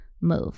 move